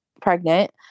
pregnant